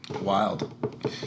Wild